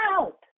out